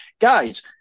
Guys